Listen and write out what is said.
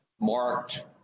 marked